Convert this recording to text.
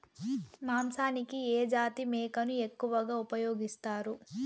మాంసానికి ఏ జాతి మేకను ఎక్కువగా ఉపయోగిస్తారు?